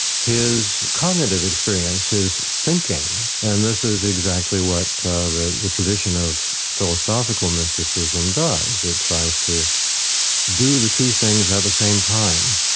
his cognitive experience, his thinking. and this is exactly what the the tradition of philosophical mysticism does. it tries to do the two things at the same time,